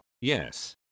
Yes